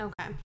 okay